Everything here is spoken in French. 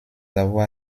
avoir